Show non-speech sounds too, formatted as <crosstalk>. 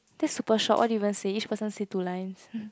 that's super short what do you even say each person say two lines <noise>